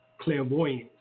clairvoyance